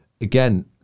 again